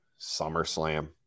SummerSlam